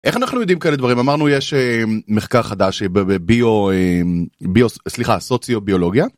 איך אנחנו יודעים כאלה דברים אמרנו יש מחקר חדש בביו סליחה סוציו-ביולוגיה.